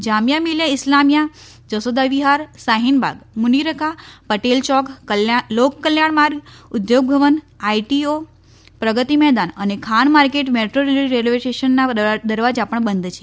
જામિયા મિલિયા ઈસ્લામિયા જસોદા વિહાર શાહીન બાગ મુનિરકા પટેલ ચોક લોકલોક કલ્યાણ માર્ગ ઉદ્યોગ ભવન આઈટીઓ પ્રગતિ મેદાન અને Khan Market metro railway સ્ટેશનના દરવાજા પણ બંધ છે